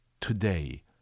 today